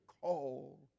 call